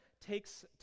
takes